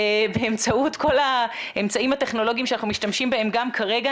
באמצעות כל האמצעים הטכנולוגיים שאנחנו משתמשים בהם גם כרגע,